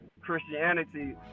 christianity